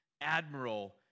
admiral